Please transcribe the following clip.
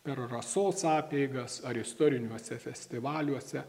per rasos apeigas ar istoriniuose festivaliuose